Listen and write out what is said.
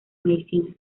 medicina